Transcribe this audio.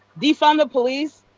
defund the police,